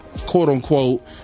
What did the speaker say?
quote-unquote